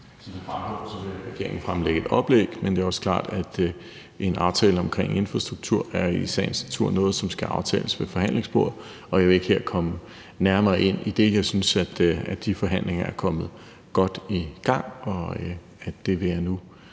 Som det fremgår, vil regeringen fremlægge et oplæg, men det er også klart, at en aftale om infrastruktur i sagens natur er noget, som skal aftales ved forhandlingsbordet, og jeg vil ikke her komme nærmere ind på det. Jeg synes, at de forhandlinger er kommet godt i gang, og det vil jeg nu